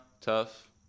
tough